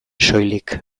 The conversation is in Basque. soilik